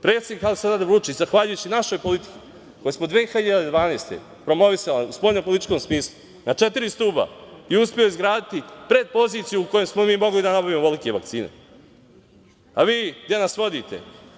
Predsednik Aleksandar Vučić, zahvaljujući našoj politici koju smo 2012. godine promovisali u spoljnopolitičkom smislu, na četiri stuba i uspeli izgraditi predpoziciju u kojoj smo mi mogli da nabavimo ovolike vakcine, a vi, gde nas vodite?